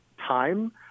time